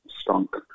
stunk